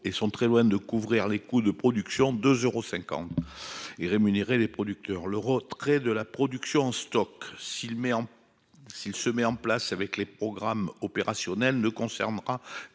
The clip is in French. ils sont très loin de couvrir les 2,5 euros de coût de production et de rémunérer les producteurs. Le retrait de la production en stock, s'il se met en place avec les programmes opérationnels, ne concernera